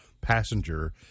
passenger